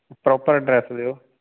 proper dress ਦਿਓ